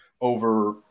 over